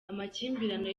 amakimbirane